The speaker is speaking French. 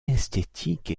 esthétique